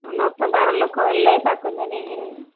ହଁ ଦଶ ବାର ଲୋକ ହେଲେ ତାକୁ ଧରିକିରି